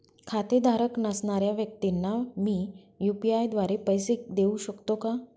खातेधारक नसणाऱ्या व्यक्तींना मी यू.पी.आय द्वारे पैसे देऊ शकतो का?